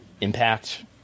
impact